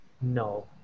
no